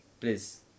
Please